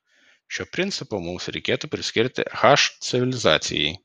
šio principo mus reikėtų priskirti h civilizacijai